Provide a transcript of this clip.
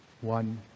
one